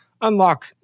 unlock